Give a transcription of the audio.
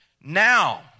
now